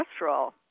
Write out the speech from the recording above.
cholesterol